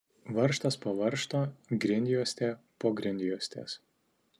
varžtas po varžto grindjuostė po grindjuostės